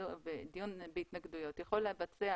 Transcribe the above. ודיון בהתנגדויות יכול להתבצע